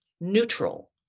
neutral